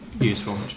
useful